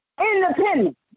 Independence